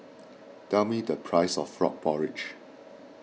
tell me the price of Frog Porridge